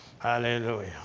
hallelujah